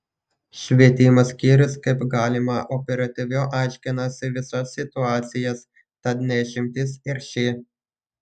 švietimo skyrius kaip galima operatyviau aiškinasi visas situacijas tad ne išimtis ir ši